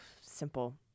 simple